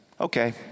okay